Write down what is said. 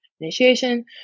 initiation